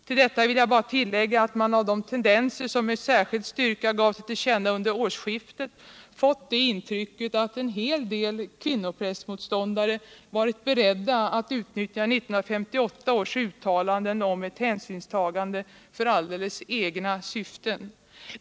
Här vill jag bara tillägga att man av de tendenser som med särskild styrka gav sig till känna vid årsskiftet fått det intrycket att en hel del kvinnoprästmotståndare varit beredda att utnyttja 1958 års uttalanden om ett hänsynstagande för alldeles egna syften.